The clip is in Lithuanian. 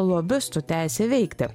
lobistų teisė veikti